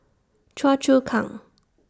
Choa Chu Kang